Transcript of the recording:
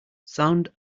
sound